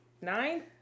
nine